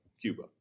Cuba